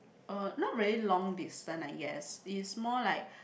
oh not really long distance I guess it's more like